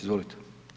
Izvolite.